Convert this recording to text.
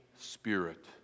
Spirit